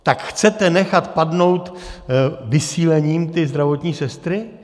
Tak chcete nechat padnout vysílením ty zdravotní sestry?